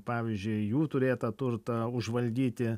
pavyzdžiui jų turėtą turtą užvaldyti